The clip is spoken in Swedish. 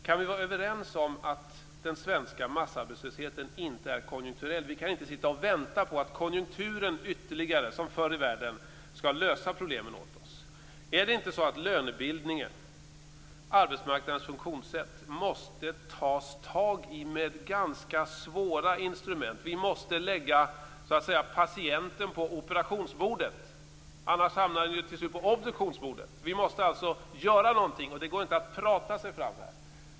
Kan vi vara överens om att den svenska massarbetslösheten inte är konjunkturell? Vi kan inte vänta på att konjunkturen ytterligare, som förr i världen, skall lösa problemen åt oss. Är det inte så att man måste ta tag i lönebildningen, arbetsmarknadens funktionssätt, med ganska svåra instrument? Vi måste lägga patienten på operationsbordet, annars hamnar den ju till slut på obduktionsbordet. Vi måste alltså göra någonting, det går inte att prata sig fram.